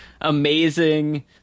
amazing